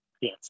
Yes